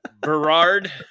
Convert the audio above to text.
Berard